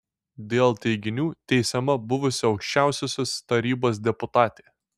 dėl teiginių teisiama buvusi aukščiausiosios tarybos deputatė